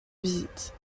visite